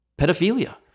pedophilia